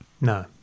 No